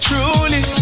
Truly